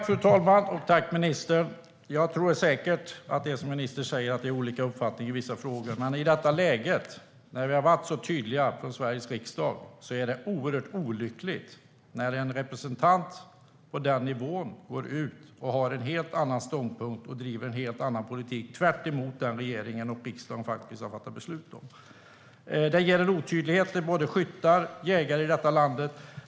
Fru talman! Tack, ministern! Jag tror säkert att det är som ministern säger, att det finns olika uppfattningar i vissa frågor. Men i detta läge, när vi från Sveriges riksdag har varit så tydliga, är det oerhört olyckligt när en representant på den nivån går ut och har en helt annan ståndpunkt och driver en helt annan politik - tvärtemot vad regeringen och riksdagen faktiskt har fattat beslut om. Det ger en otydlighet för både skyttar och jägare i detta land.